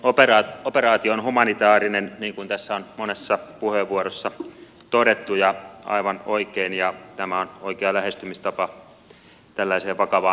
operaatio on humanitaarinen niin kuin tässä on monessa puheenvuorossa todettu ja aivan oikein tämä on oikea lähestymistapa tällaiseen vakavaan asiaan